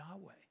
Yahweh